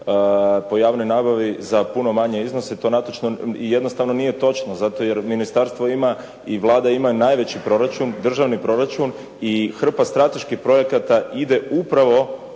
po javnoj nabavi za puno manje iznose. To jednostavno nije točno zato jer ministarstvo ima i Vlada ima najveći proračun, državni proračun i hrpa strateških projekata ide upravo